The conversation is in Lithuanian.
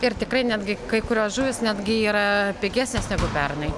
ir tikrai netgi kai kurios žuvys netgi yra pigesnės negu pernai